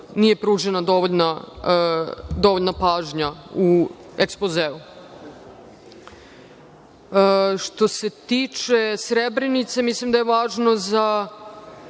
nije pružena dovoljna pažnja u ekspozeu. Što se tiče Srebrenice, mislim da je važno za